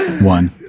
One